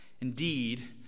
Indeed